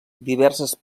diverses